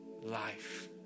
life